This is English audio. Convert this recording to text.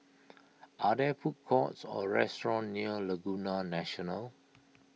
are there food courts or restaurants near Laguna National